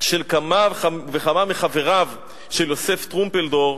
של כמה וכמה מחבריו של יוסף טרומפלדור,